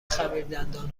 خمیردندان